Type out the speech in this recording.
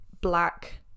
Black